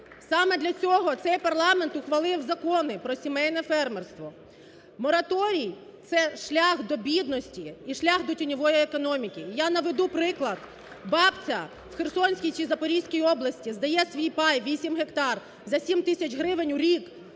Саме для цього цей парламент ухвалив закони про сімейне фермерство. Мораторій – це шлях до бідності і шлях до тіньової економіки. Я наведу приклад. Бабця в Херсонській чи Запорізькій області здає свій пай 8 гектар за 7 тисяч гривень у рік,